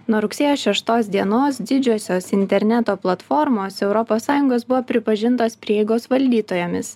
nuo rugsėjo šeštos dienos didžiosios interneto platformos europos sąjungos buvo pripažintos prieigos valdytojomis